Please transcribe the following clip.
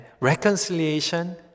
reconciliation